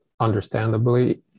understandably